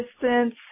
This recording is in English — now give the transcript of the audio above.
distance